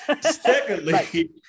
Secondly